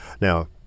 Now